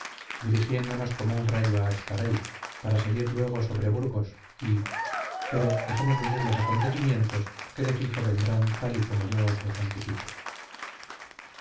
dirigiéndonos como un rayo a ezcaray para seguir luego sobre burgos y pero dejemos venir los acontecimientos que de fijo vendrán tal y como yo os los anticipo